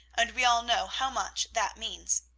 and we all know how much that means.